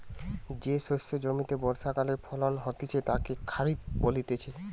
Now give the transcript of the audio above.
যে শস্য জমিতে বর্ষাকালে ফলন হতিছে তাকে খরিফ বলতিছে